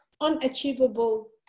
unachievable